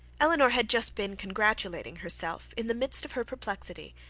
elinor had just been congratulating herself, in the midst of her perplexity,